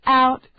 out